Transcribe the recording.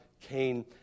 Cain